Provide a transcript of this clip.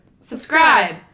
subscribe